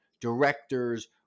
directors